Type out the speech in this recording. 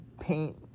paint